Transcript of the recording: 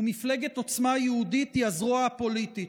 ומפלגת עוצמה יהודית היא הזרוע הפוליטית.